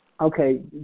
Okay